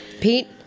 Pete